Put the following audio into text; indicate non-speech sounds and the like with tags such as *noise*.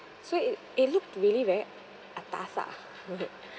so it it looked really very atas ah *laughs*